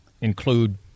include